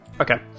Okay